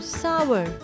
sour